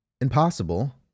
impossible